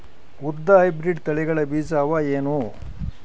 ಉದ್ದ ಹೈಬ್ರಿಡ್ ತಳಿಗಳ ಬೀಜ ಅವ ಏನು?